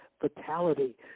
fatality